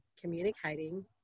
communicating